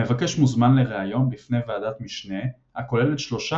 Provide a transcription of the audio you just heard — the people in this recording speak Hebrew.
המבקש מוזמן לראיון בפני ועדת משנה הכוללת שלושה